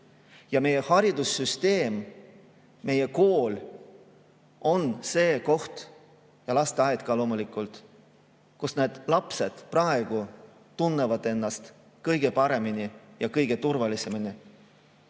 on. Meie haridussüsteem, meie kool on see koht, ja lasteaed ka loomulikult, kus need lapsed praegu tunnevad ennast kõige paremini ja kõige turvalisemalt